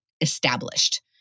established